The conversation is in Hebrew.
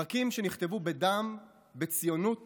פרקים שנכתבו בדם, בציונות